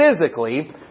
physically